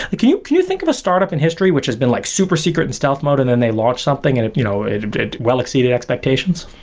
can you can you think of a start-up in history which has been like super-secret and stealth mode and then they launch something and it you know it um did well exceeded expectations?